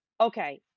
okay